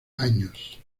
años